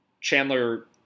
Chandler